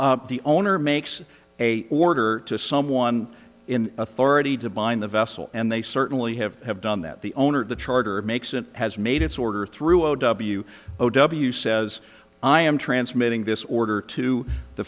the the owner makes a order to someone in authority to bind the vessel and they certainly have have done that the owner of the charter makes it has made its order through o w o w says i am transmitting this order to the